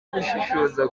gushishoza